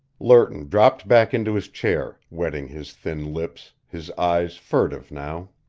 lerton dropped back into his chair, wetting his thin lips, his eyes furtive now.